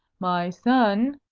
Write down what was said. my son!